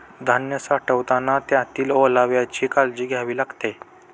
धान्य साठवताना त्यातील ओलाव्याची काळजी घ्यावी लागते